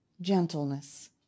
gentleness